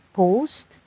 post